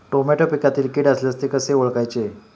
Tomato पिकातील कीड असल्यास ते कसे ओळखायचे?